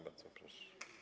Bardzo proszę.